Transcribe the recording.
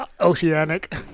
Oceanic